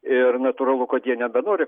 ir natūralu kad jie nebenori